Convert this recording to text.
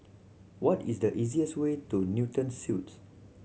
what is the easiest way to Newton Suites